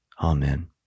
Amen